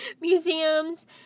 museums